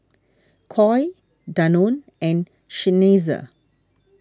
Koi Danone and Seinheiser